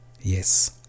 yes